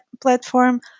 platform